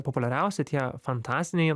populiariausi tie fantastiniai